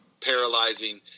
paralyzing